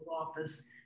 Office